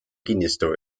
kinnistu